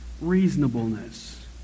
reasonableness